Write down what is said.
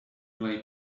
lay